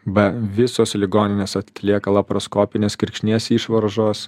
be visos ligoninės atlieka laparoskopinės kirkšnies išvaržos